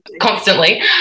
constantly